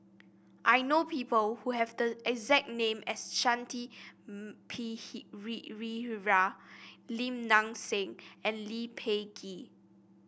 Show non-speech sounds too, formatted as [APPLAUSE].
I know people who have the exact name as Shanti [UNINTELLIGIBLE] Lim Nang Seng and Lee Peh Gee